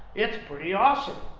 it's pretty awesome.